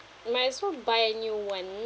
might as well buy a new one